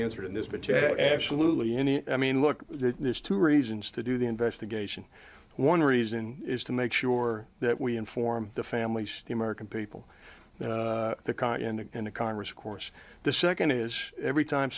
answered in this battell absolutely any i mean look there's two reasons to do the investigation one reason is to make sure that we inform the families the american people caught in the in the congress course the second is every time